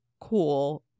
cool